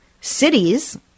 cities